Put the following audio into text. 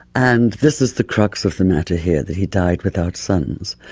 and this is the crux of the matter here, that he died without sons.